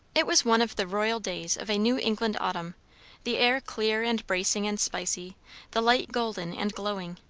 it was one of the royal days of a new england autumn the air clear and bracing and spicy the light golden and glowing,